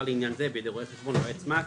לעניין זה בידי רואה חשבון או יועץ מס,